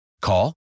Call